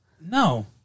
no